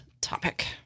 topic